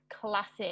classic